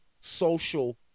social